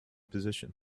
position